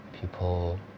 people